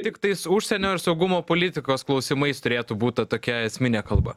tiktais užsienio ir saugumo politikos klausimais turėtų būt ta tokia esminė kalba